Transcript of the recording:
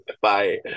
Bye